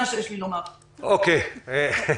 אגב,